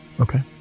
Okay